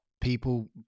people